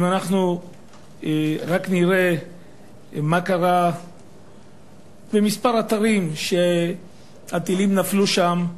אם אנחנו רק נראה מה קרה בכמה אתרים שהטילים נפלו בהם,